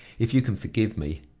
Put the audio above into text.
if you can forgive me.